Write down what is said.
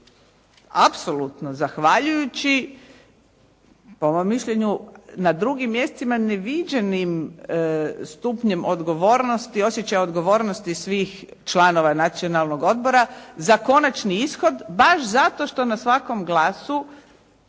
apsolutno zahvaljujući po mom mišljenju na drugim mjestima neviđenim stupnjem odgovornosti, osjećaja odgovornosti svih članova Nacionalnog odbora za konačni ishod baš zato što na svakom glasu